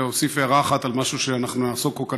להוסיף הערה אחת על משהו שנעסוק בו,